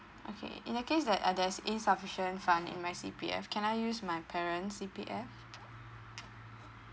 okay in the case like uh there's insufficient fund in my C_P_F can I use my parents' C_P_F